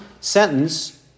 sentence